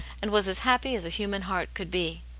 and was as happy as a human heart could be.